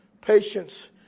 patience